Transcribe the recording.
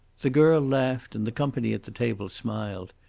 the girl laughed, and the company at the table smiled,